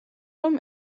რომ